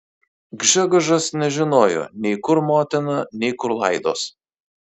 gžegožas nežinojo nei kur motina nei kur laidos